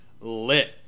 lit